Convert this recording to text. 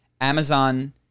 Amazon